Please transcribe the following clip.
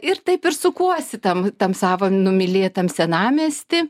ir taip ir sukuosi tam tam savo numylėtam senamiesty